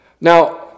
Now